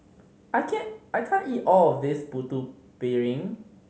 I can I can't eat all of this Putu Piring